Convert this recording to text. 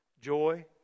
joy